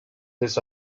his